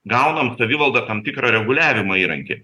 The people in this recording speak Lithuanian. gaunam savivalda tam tikrą reguliavimo įrankį